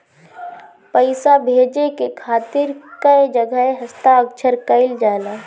पैसा भेजे के खातिर कै जगह हस्ताक्षर कैइल जाला?